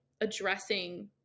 addressing